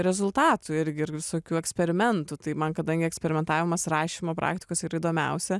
rezultatų irgi ir visokių eksperimentų tai man kadangi eksperimentavimas rašymo praktikos ir įdomiausia